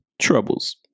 Troubles